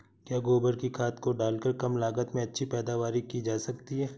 क्या गोबर की खाद को डालकर कम लागत में अच्छी पैदावारी की जा सकती है?